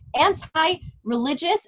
anti-religious